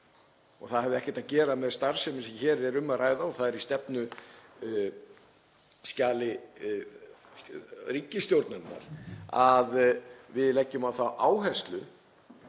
Það hafði ekkert að gera með starfsemina sem hér er um að ræða. Það er í stefnuskjali ríkisstjórnarinnar að við leggjum á það áherslu